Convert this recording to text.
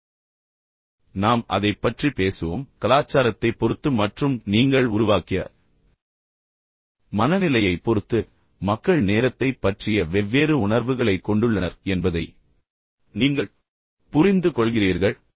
எனவே நாம் அதைப் பற்றி பேசுவோம் பின்னர் இப்போது கலாச்சாரத்தைப் பொறுத்து மற்றும் நீங்கள் உருவாக்கிய மனநிலையைப் பொறுத்து மக்கள் உண்மையில் நேரத்தைப் பற்றிய வெவ்வேறு உணர்வுகளைக் கொண்டுள்ளனர் என்பதை நீங்கள் புரிந்துகொள்கிறீர்கள்